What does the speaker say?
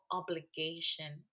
obligation